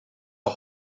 was